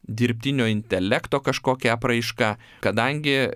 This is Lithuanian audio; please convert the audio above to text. dirbtinio intelekto kažkokia apraiška kadangi